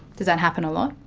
does that happen a lot?